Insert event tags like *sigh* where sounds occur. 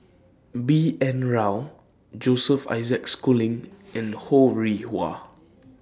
B N Rao Joseph Isaac Schooling *noise* and Ho Rih Hwa